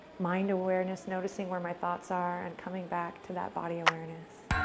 mind awareness, noticing where my thoughts are, and coming back to that body awareness.